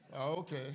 Okay